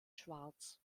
schwarz